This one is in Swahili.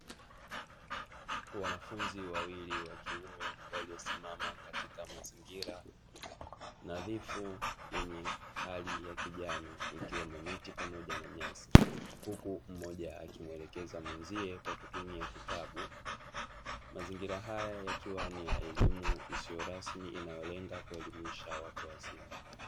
Wanafunzi wawili wa kiume waliosimama katika mazingira nadhifu yenye hali ya kijani, ikiwemo miti pamoja na nyasi; huku mmoja akimuelekeza mwenzie kwa kutumia kitabu. Mazingira haya yakiwa ni ya elimu isiyo rasmi inayolenga kuelelimisha watu wazima.